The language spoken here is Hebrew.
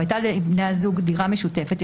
והיתה לבני הזוג דירה משותפת,